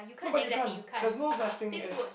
no but you can't there's no such thing as